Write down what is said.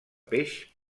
peix